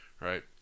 right